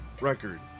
record